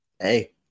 Hey